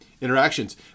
Interactions